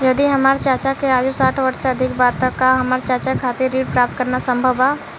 यदि हमार चाचा के आयु साठ वर्ष से अधिक बा त का हमार चाचा के खातिर ऋण प्राप्त करना संभव बा?